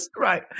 Right